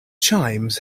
chimes